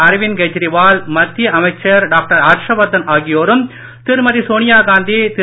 அர்விந்த் கெஜ்ரிவால் மத்திய அமைச்சர்கள் டாக்டர் ஹர்ஷவர்தன் ஆகியோரும் திருமதி சோனியாகாந்தி திரு